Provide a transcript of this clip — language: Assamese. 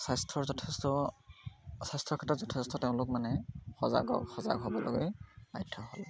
স্বাস্থ্যৰ যথেষ্ট স্বাস্থ্যৰ ক্ষেত্ৰত যথেষ্ট তেওঁলোক মানে সজাগ হ'ল সজাগ হ'বলৈ বাধ্য হ'ল